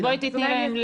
בואי תני ללילך.